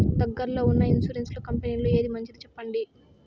దగ్గర లో ఉన్న ఇన్సూరెన్సు కంపెనీలలో ఏది మంచిది? సెప్పండి?